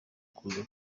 kuza